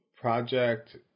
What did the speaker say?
project